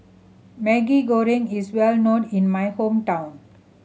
Maggi Goreng is well known in my hometown